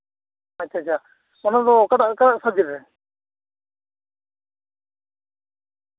ᱟᱪᱪᱷᱟ ᱟᱪᱪᱷᱟ ᱚᱱᱟ ᱚᱱᱟ ᱫᱚ ᱚᱠᱟᱴᱟᱜ ᱥᱟᱵᱡᱮᱠᱴ ᱨᱮ